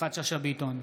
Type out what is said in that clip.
יפעת שאשא ביטון,